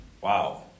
Wow